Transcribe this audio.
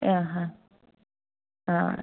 ആ ഹാ ആ